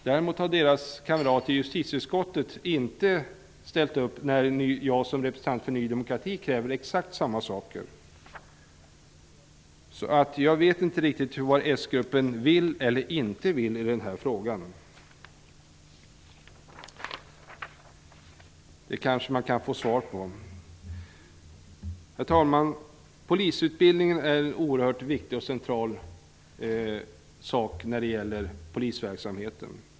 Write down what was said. Däremot har deras kamrater i justitieutskottet inte ställt upp när jag som representant för Ny demokrati krävt exakt samma saker. Jag vet inte riktigt vad den socialdemokratiska gruppen vill eller inte vill i den här frågan. Det kanske man kan få svar på. Polisutbildningen är en oerhört viktig och central sak när det gäller polisverksamheten.